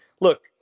look